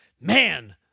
Man